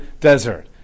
desert